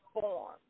form